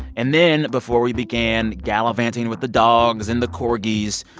and then, before we began gallivanting with the dogs and the corgis,